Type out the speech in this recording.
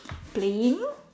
playing